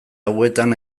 hauetan